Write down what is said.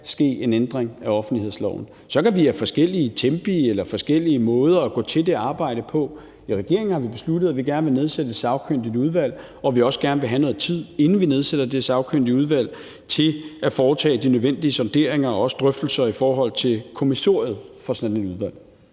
ske en ændring af offentlighedsloven. Så kan vi have forskellige tempi eller forskellige måder at gå til det arbejde på, men i regeringen har vi besluttet, at vi gerne vil nedsætte et sagkyndigt udvalg, og at vi også gerne, inden vi nedsætter det sagkyndige udvalg, vil have noget tid til at foretage de nødvendige sonderinger og drøftelser i forhold til kommissoriet for et sådant udvalg.